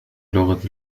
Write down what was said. اللغة